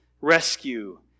rescue